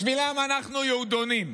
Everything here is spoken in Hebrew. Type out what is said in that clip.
בשבילם אנחנו יהודונים.